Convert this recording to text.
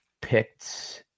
picked